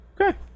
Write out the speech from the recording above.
okay